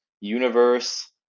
universe